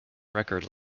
record